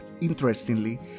Interestingly